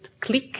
click